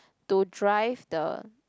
to drive the